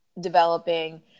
developing